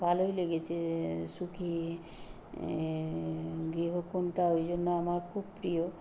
ভালোই লেগেছে সুখী গৃহকোণটা ওই জন্য আমার খুব প্রিয়